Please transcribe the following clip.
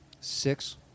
Six